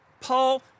Paul